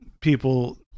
people